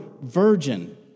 virgin